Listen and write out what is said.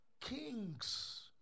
kings